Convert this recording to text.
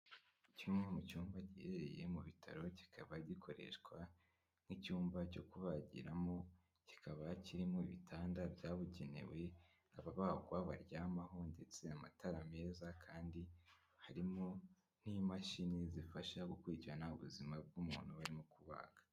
Kimwe mu cyumba giherereye mu bitaro, kikaba gikoreshwa nk'icyumba cyo kubagiramo, kikaba kirimo ibitanda byabugenewe ababagwa baryamaho, ndetse amatara meza, kandi harimo n'imashini zifasha gukurikirana ubuzima bw'umuntu barimo kubaga.